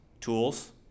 tools